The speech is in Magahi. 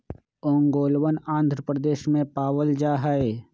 ओंगोलवन आंध्र प्रदेश में पावल जाहई